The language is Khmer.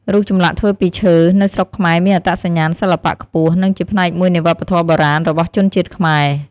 រូបចម្លាក់ធ្វើពីឈើ នៅស្រុកខ្មែរមានអត្តសញ្ញាណសិល្បៈខ្ពស់ និងជាផ្នែកមួយនៃវប្បធម៌បុរាណរបស់ជនជាតិខ្មែរ។